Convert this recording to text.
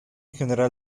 general